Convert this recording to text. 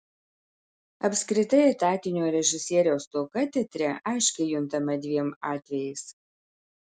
apskritai etatinio režisieriaus stoka teatre aiškiai juntama dviem atvejais